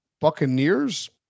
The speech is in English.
Buccaneers